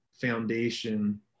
foundation